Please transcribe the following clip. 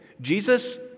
Jesus